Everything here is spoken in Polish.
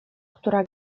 która